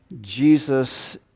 Jesus